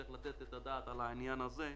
צריך לתת את הדעת על העניין הזה.